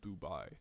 Dubai